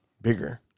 bigger